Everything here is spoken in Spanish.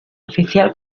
oficial